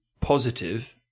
positive